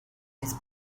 his